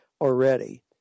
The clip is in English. already